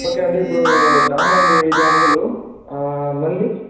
okay అండి ఇప్పుడు చామంతి ఐదు వందలు మల్లి